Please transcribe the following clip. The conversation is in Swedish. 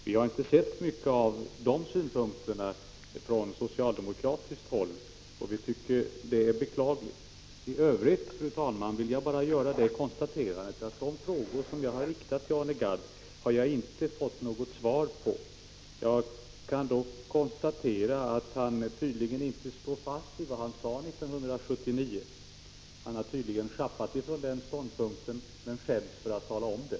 Vi har inte sett mycket av de synpunkterna från socialdemokratiskt håll, och det tycker vi är beklagligt. I övrigt vill jag bara konstatera att de frågor som jag riktade till Arne Gadd har jag inte fått svar på. Därav drar jag den slutsatsen att han inte står fast vid vad han sade 1979. Han har tydligen sjappat från den ståndpunkten men skäms för att tala om det.